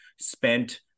spent